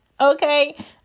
okay